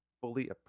fully